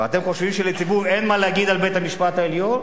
ואתם חושבים שלציבור אין מה להגיד על בית-המשפט העליון?